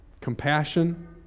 Compassion